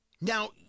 Now